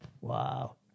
Wow